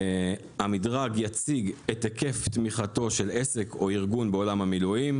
המדרג יציג את היקף תמיכתו של עסק או ארגון בעולם המילואים.